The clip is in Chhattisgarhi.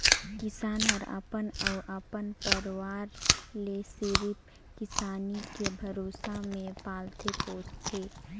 किसान हर अपन अउ अपन परवार ले सिरिफ किसानी के भरोसा मे पालथे पोसथे